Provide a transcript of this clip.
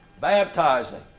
Baptizing